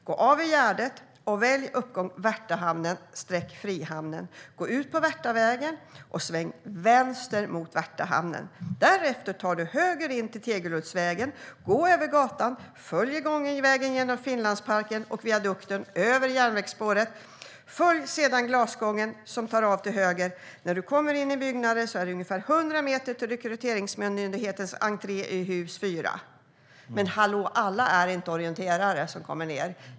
Gå av vid Gärdet och välj uppgång Värtahamnen/Frihamnen. Gå ut på Värtavägen och sväng vänster mot Värtahamnen. Därefter tar du höger in på Tegeluddsvägen, går över gatan, följer gångvägen genom Finlandsparken och viadukten över järnvägsspåret. Följ sedan glasgången som tar av till höger. När du kommer in i byggnaden är det ungefär 100 meter till Rekryteringsmyndighetens entré i hus 4." Men hallå, alla är inte orienterare som kommer ned hit!